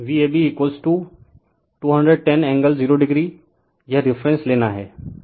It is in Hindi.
रिफर स्लाइड टाइम 0243 तो Vab210 एंगल 0o यह रिफरेन्स लेना है